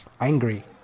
angry